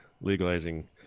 legalizing